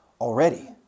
already